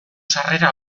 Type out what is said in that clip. sarrera